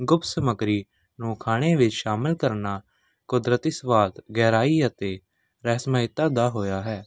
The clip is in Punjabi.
ਗੁਪਤ ਸਮੱਗਰੀ ਨੂੰ ਖਾਣੇ ਵਿੱਚ ਸ਼ਾਮਿਲ ਕਰਨਾ ਕੁਦਰਤੀ ਸਵਾਦ ਗਹਿਰਾਈ ਅਤੇ ਰਹੱਸ ਮਹਿਤਾ ਦਾ ਹੋਇਆ ਹੈ